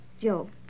Joe